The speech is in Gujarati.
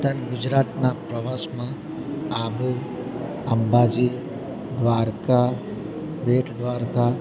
ઉત્તર ગુજરાતના પ્રવાસમાં આબુ અંબાજી દ્વારકા બેટ દ્વારકા